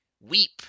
Weep